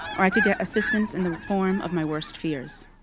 or i could get assistance in the form of my worst fears.